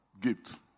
gifts